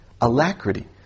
alacrity